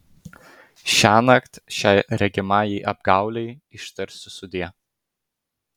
šiąnakt šiai regimajai apgaulei ištarsiu sudie